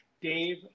Dave